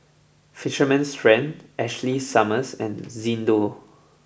fisherman's friend Ashley Summers and Xndo